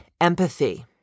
empathy